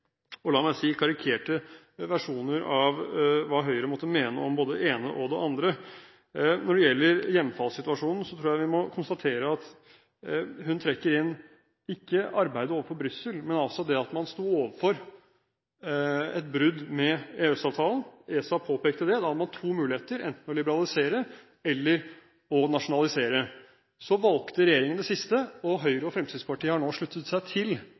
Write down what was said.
la meg si – karikerte versjoner av hva Høyre måtte mene om både det ene og det andre. Når det gjelder hjemfallssituasjonen, tror jeg vi må konstatere at hun trekker inn ikke arbeidet overfor Brussel, men altså det at man sto overfor et brudd med EØS-avtalen. ESA påpekte det. Da har man to muligheter, enten å liberalisere eller å nasjonalisere. Så valgte regjeringen det siste, og Høyre og Fremskrittspartiet har nå sluttet seg til